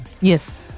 yes